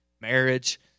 marriage